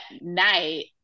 night